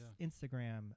Instagram